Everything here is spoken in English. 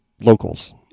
locals